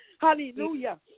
Hallelujah